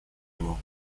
его